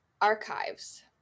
Archives